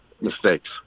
mistakes